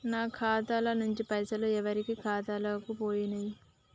నా ఖాతా ల నుంచి పైసలు ఎవరు ఖాతాలకు పోయినయ్?